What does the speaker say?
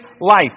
life